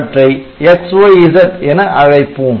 அவற்றை X Y Z என அழைப்போம்